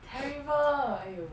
terrible !aiyo!